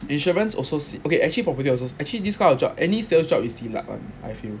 insurance also okay actually property also actually this kind of job any sales job is see luck [one] I feel